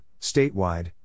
statewide